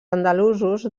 andalusos